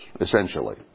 essentially